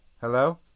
Hello